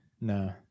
No